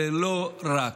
ולא רק.